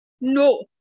No